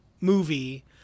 movie